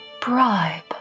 bribe